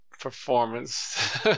performance